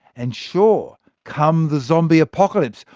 and sure, come the zombie apocalypse,